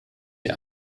die